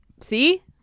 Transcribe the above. See